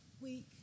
week